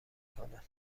کنه